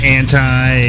anti